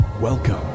Welcome